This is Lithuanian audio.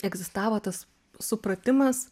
egzistavo tas supratimas